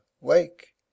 Wake